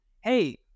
hey